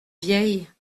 vieille